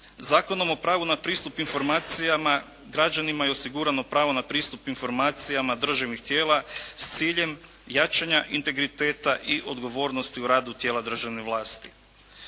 Zakonom o pravu na pristup informacijama građanima je osigurano pravo na pristup informacijama državnih tijela s ciljem jačanja integriteta i odgovornosti u radu tijela državne vlasti.